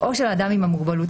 אם לא אומרים שום דבר,